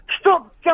Stop